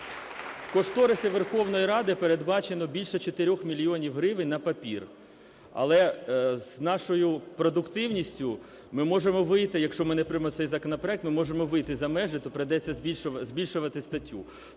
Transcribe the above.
В кошторисі Верховної Ради передбачено більше 4 мільйонів гривень на папір, але з нашою продуктивністю ми можемо вийти, якщо ми не приймемо цей законопроект, ми можемо вийти за межі, то прийдеться збільшувати статтю.